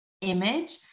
image